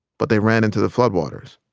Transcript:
but they ran into the floodwaters.